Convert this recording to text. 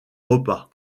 repas